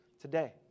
today